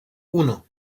uno